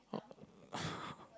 oh